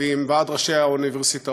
ועם ועד ראשי האוניברסיטאות,